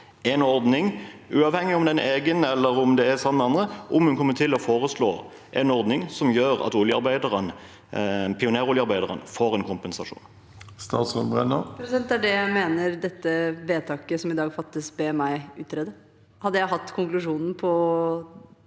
en ordning uavhengig av om den er egen eller om det er sammen med andre, altså om hun kommer til å foreslå en ordning som gjør at pioneroljearbeiderne får en kompensasjon. Statsråd Tonje Brenna Det er det jeg mener det vedtaket som i dag fattes, ber meg utrede. Hadde jeg hatt konklusjon på